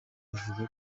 avuga